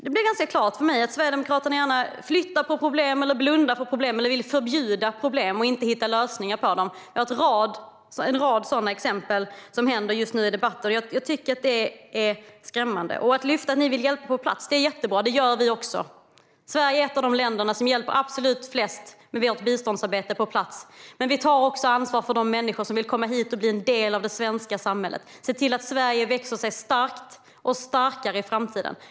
Det blir ganska klart för mig att Sverigedemokraterna gärna flyttar på problem, blundar för problem eller vill förbjuda problem och inte hitta lösningar på dem. Vi ser en rad sådana exempel i debatter som förs just nu, och jag tycker att det är skrämmande. Ni vill hjälpa på plats. Det är jättebra. Det gör vi också - Sverige är ett av de länder som hjälper absolut flest med biståndsarbete på plats. Men vi tar också ansvar för de människor som vill komma hit och bli en del av det svenska samhället. Vi ser till att Sverige växer sig starkt och starkare i framtiden.